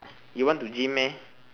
you want to gym meh